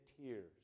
tears